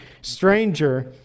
stranger